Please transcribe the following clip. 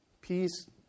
peace